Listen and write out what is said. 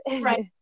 Right